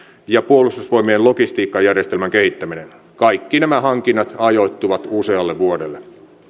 ja puolustusvoimien logistiikkajärjestelmän kehittäminen kaikki nämä hankinnat ajoittuvat usealle vuodelle